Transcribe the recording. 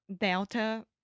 Delta